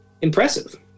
impressive